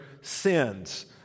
sins